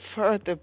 further